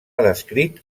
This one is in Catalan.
descrit